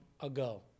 ago